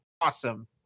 awesome